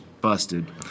busted